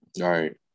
right